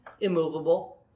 Immovable